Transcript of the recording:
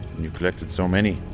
you've collected so many,